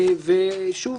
ושוב,